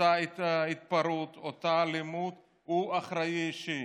אותה התפרעות, אותה אלימות, הוא אחראי לזה אישית,